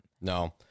No